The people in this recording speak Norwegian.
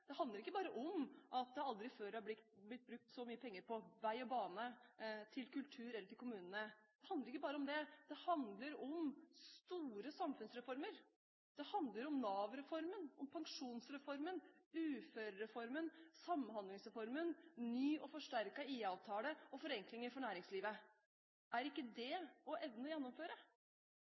Det handler ikke bare om at det aldri før er blitt brukt så mye penger på vei og bane, til kultur eller til kommunene. Det handler ikke bare om det. Det handler om store samfunnsreformer, det handler om Nav-reformen, pensjonsreformen, uførereformen, Samhandlingsreformen, ny og forsterket IA-avtale og forenklinger for næringslivet. Er ikke det å evne å gjennomføre?